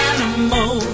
Animal